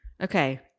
Okay